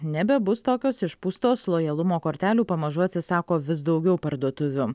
nebebus tokios išpūstos lojalumo kortelių pamažu atsisako vis daugiau parduotuvių